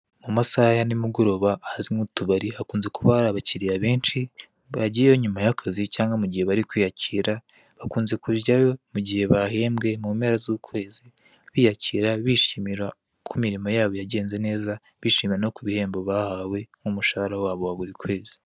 Mu masaha ya nimugoroba ahazwi nk'utubari hakunze kuba hari abakiliya benshi, bagiyeyo nyuma ya kazi cyangwa mu gihe bari kwiyakira, bakunze kujyayo mu gihe bahembwe mu mpera z'ukwezi, biyakiya, bishimira ko imirimo yabo yagenze neza, bishima no ku bihembo bahawe nk'umushahara wabo wa buri kwezi.